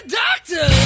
doctor